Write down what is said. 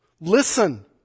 Listen